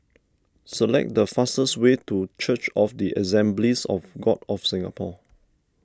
select the fastest way to Church of the Assemblies of God of Singapore